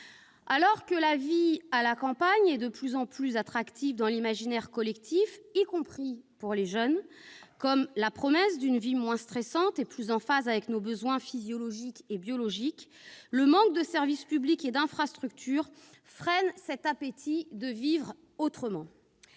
Alors que la vie à la campagne est de plus en plus attractive dans l'imaginaire collectif, y compris pour les jeunes, qui y voient la promesse d'une vie moins stressante et plus en phase avec leurs besoins physiologiques et biologiques, le manque de service public et d'infrastructures freine cet appétit de vivre autrement.